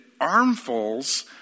armfuls